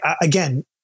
again